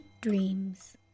dreams